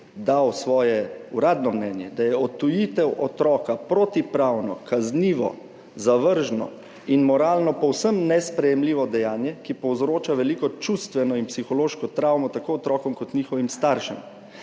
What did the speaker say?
dal svoje uradno mnenje, da je odtujitev otroka protipravno, kaznivo, zavržno in moralno povsem nesprejemljivo dejanje, ki povzroča veliko čustveno in psihološko travmo tako otrokom kot njihovim staršem.